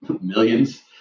millions